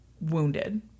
wounded